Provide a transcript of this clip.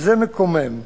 וזה מקומם.